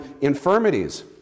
infirmities